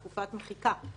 תקופת מחיקה,